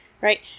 right